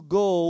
go